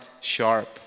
sharp